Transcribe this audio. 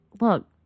look